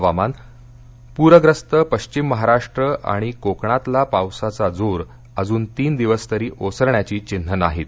हवासान प्रस्त पश्चिम महाराष्ट्र आणि कोकणातला पावसाचा जोर अजून तीन दिवस तरी ओसरण्याची चिन्हं नाहीत